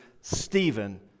Stephen